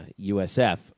USF